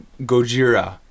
Gojira